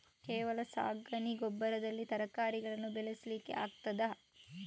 ಕೇವಲ ಸಗಣಿ ಗೊಬ್ಬರದಲ್ಲಿ ತರಕಾರಿಗಳನ್ನು ಬೆಳೆಸಲಿಕ್ಕೆ ಆಗ್ತದಾ?